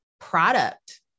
product